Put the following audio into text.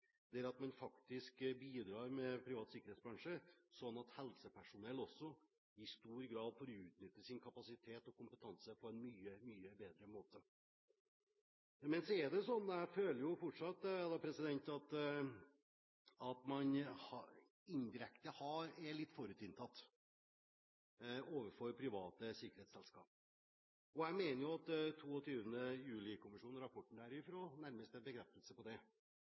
at man faktisk bidrar med privat sikkerhetsbransje, sånn at også helsepersonell i stor grad får utnytte sin kapasitet og kompetanse på en mye, mye bedre måte. Jeg føler fortsatt at man indirekte er litt forutinntatt overfor private sikkerhetsselskap. Jeg mener at rapporten fra 22. juli-kommisjonen nærmest er en bekreftelse på det.